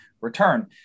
return